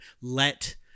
let